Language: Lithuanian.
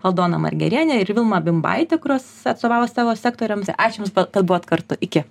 aldona margerienė ir vilma bimbaitė kurios atstovavo savo sektoriams ačiū jums kad buvot kartu iki